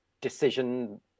decision